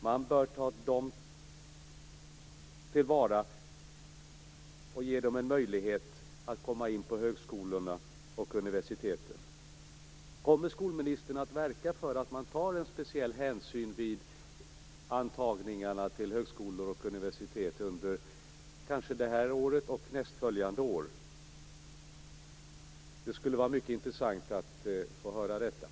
Man bör ta dem till vara och ge dem en möjlighet att komma in på högskolorna och universiteten. Kommer skolministern att verka för att man vid antagningarna till högskolor och universitet kanske under det här året och nästföljande år tar en speciell hänsyn till detta? Det skulle vara mycket intressant att få ett svar på den frågan.